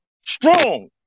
Strong